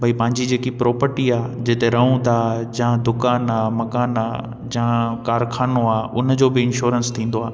भई पंहिंजी जेकी प्रोपटी आहे जिते रहूं था जा दुकानु आहे मकानु आहे या कारख़ानो आ उन जो बि इंश्योरेंस थींदो आहे